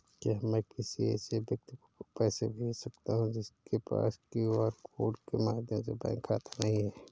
क्या मैं किसी ऐसे व्यक्ति को पैसे भेज सकता हूँ जिसके पास क्यू.आर कोड के माध्यम से बैंक खाता नहीं है?